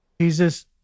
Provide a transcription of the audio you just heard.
Jesus